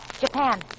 Japan